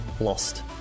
lost